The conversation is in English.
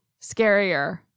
scarier